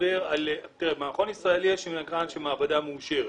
מכון ישראלי יש מעבדה מאושרת.